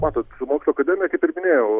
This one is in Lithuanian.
matot su mokslų akademija kaip ir minėjau